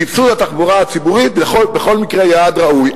סבסוד התחבורה הציבורית הוא בכל מקרה יעד ראוי.